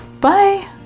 bye